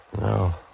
No